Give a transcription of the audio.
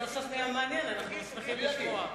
סוף-סוף נהיה מעניין, אנחנו שמחים לשמוע.